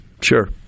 Sure